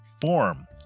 form